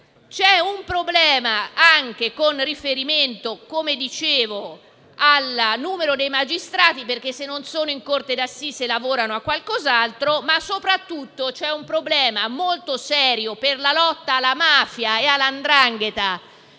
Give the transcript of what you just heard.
poi un problema con riferimento al numero dei magistrati, perché se non sono in corte d'assise lavorano a qualcos'altro, ma soprattutto c'è un problema molto serio per la lotta alla mafia e alla 'ndrangheta,